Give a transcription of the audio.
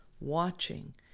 watching